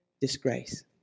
disgrace